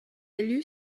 élu